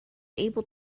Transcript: able